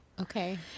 okay